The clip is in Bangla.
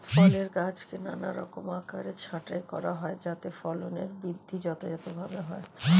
ফলের গাছকে নানারকম আকারে ছাঁটাই করা হয় যাতে ফলের বৃদ্ধি যথাযথভাবে হয়